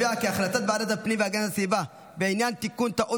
החלטת ועדת הפנים והגנת הסביבה בדבר תיקון טעות